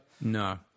No